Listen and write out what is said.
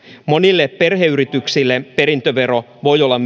monille perheyrityksille perintövero voi olla